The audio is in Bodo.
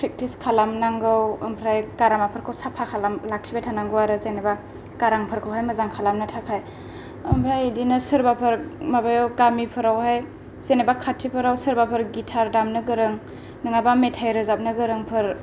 प्रेक्टिस खालामनांगौ ओमफ्राय गारमाफोरखौ साफा खालाम लाखिबाय थानांगौ आरो जेनेबा गारांफोरखौहाय मोजां खालामनो थाखाय आमफ्राय इदिनो सोरबाफोर माबायाव गामि फोरावहाय जेनेबा खाथिफोराव सोरबाफोर गिटार दामनो गोरों नोङाबा मेथाइ रोजाबनो गोरोंफोर